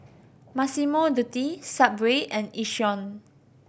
Massimo Dutti Subway and Yishion